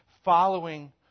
following